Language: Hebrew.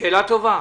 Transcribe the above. שאלה טובה.